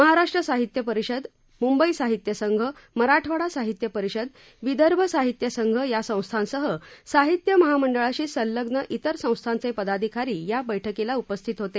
महाराष्ट्र साहित्य परिषद मंबई साहित्य संघ मराठवाडा साहित्य परिषद विदर्भ साहित्य संघ या संस्थांसह साहित्य महामंडळाशी संलग्न इतर संस्थांचे पदाधिकारी या बैठकीला उपस्थित होते